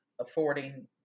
affording